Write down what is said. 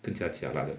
更加 jialat leh